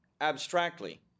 abstractly